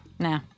Nah